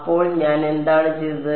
അപ്പോൾ ഞാൻ എന്താണ് ചെയ്തത്